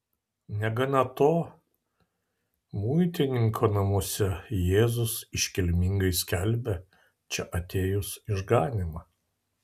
negana to muitininko namuose jėzus iškilmingai skelbia čia atėjus išganymą